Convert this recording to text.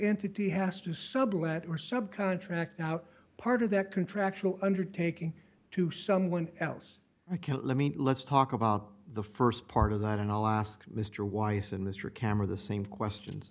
entity has to sublet or subcontract out part of that contractual undertaking to someone else i can't let me let's talk about the st part of that and i'll ask mr weiss and mr cameron the same questions